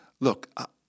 Look